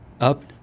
up